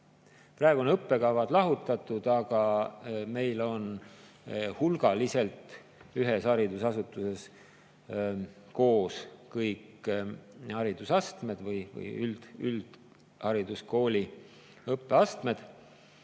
Praegu on õppekavad lahutatud, aga meil on hulgaliselt ühes haridusasutuses koos kõik üldhariduskooli õppeastmed: